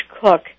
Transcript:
Cook